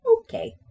Okay